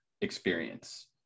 experience